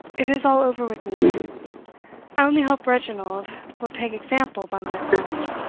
it is all over with me. i only hope reginald will take example by my folly.